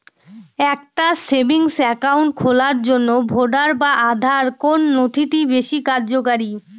একটা savings account খোলার জন্য ভোটার বা আধার কোন নথিটি বেশী কার্যকরী?